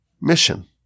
mission